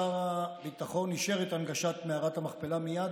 ואחר כך, אם,